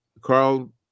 Carl